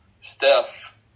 Steph